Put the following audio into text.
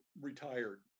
retired